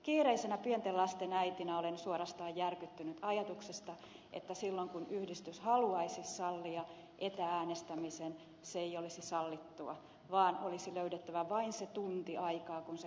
kiireisenä pienten lasten äitinä olen suorastaan järkyttynyt ajatuksesta että silloin kun yhdistys haluaisi sallia etä äänestämisen se ei olisi sallittua vaan olisi löydettävä se tunti aikaa juuri silloin kun se kokous on